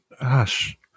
hush